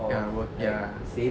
ya worth ya